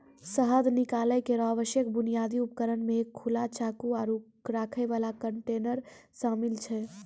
शहद निकालै केरो आवश्यक बुनियादी उपकरण म एक खुला चाकू, आरु रखै वाला कंटेनर शामिल छै